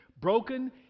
broken